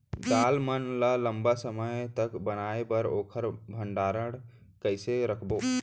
दाल मन ल लम्बा समय तक बनाये बर ओखर भण्डारण कइसे रखबो?